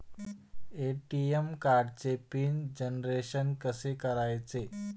ATM कार्डचे PIN generation कसे करायचे?